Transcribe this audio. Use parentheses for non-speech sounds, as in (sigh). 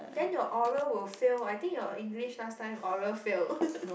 then your oral will fail I think your English last time oral fail (laughs)